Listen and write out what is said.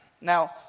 Now